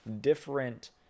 different